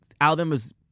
Alabama's